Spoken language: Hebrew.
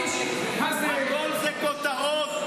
הכול זה כותרות.